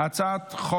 אני קובע כי הצעת חוק